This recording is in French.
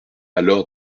alors